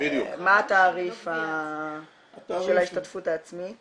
מה התעריף של ההשתתפות העצמית הממוצע?